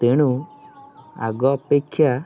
ତେଣୁ ଆଗ ଅପେକ୍ଷା